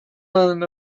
island